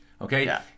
Okay